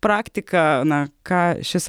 praktiką na ką šis